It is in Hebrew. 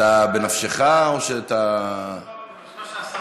אתה, זה בנפשך, או שאתה, לא.